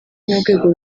n’urwego